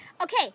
Okay